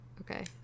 Okay